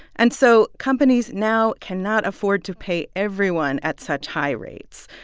and so companies now cannot afford to pay everyone at such high rates,